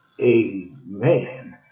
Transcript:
Amen